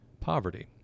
poverty